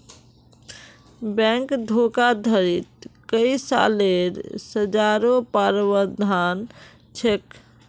bank धोखाधडीत कई सालेर सज़ारो प्रावधान छेक